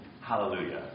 hallelujah